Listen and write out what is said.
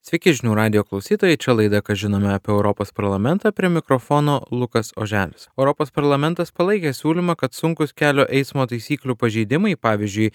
sveiki žinių radijo klausytojai čia laida ką žinome apie europos parlamentą prie mikrofono lukas oželis europos parlamentas palaikė siūlymą kad sunkūs kelio eismo taisyklių pažeidimai pavyzdžiui